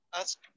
ask